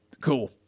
Cool